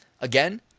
Again